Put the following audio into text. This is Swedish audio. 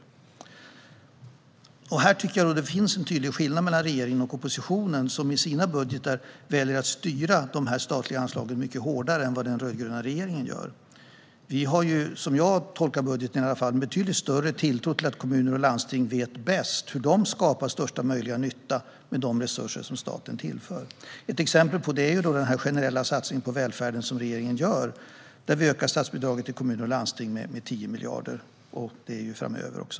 I detta sammanhang tycker jag att det finns en tydlig skillnad mellan regeringen och oppositionen, som i sina budgetar väljer att styra dessa statliga anslag mycket hårdare än den rödgröna regeringen gör. Vi har, som jag tolkar budgeten, en betydligt större tilltro till att kommuner och landsting vet bäst hur de skapar största möjliga nytta med de resurser som staten tillför. Ett exempel på det är den generella satsningen på välfärden som regeringen gör, där vi ökar statsbidragen till kommuner och landsting med 10 miljarder framöver.